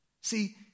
See